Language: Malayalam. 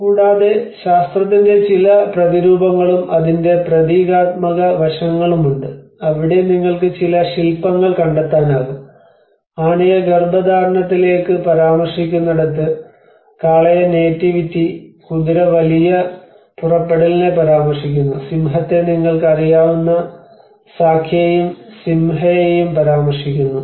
കൂടാതെ ശാസ്ത്രത്തിന്റെ ചില പ്രതിരൂപങ്ങളും അതിന്റെ പ്രതീകാത്മക വശങ്ങളും ഉണ്ട് അവിടെ നിങ്ങൾക്ക് ചില ശില്പങ്ങൾ കണ്ടെത്താനാകും ആനയെ ഗർഭധാരണത്തിലേക്ക് പരാമർശിക്കുന്നിടത്ത് കാളയെ നേറ്റിവിറ്റി കുതിര വലിയ പുറപ്പെടലിനെ പരാമർശിക്കുന്നു സിംഹത്തെ നിങ്ങൾക്ക് അറിയാവുന്ന സാക്യയെയും സിംഹയെയും പരാമർശിക്കുന്നു